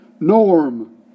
norm